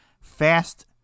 Fast